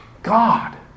God